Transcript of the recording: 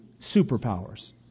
superpowers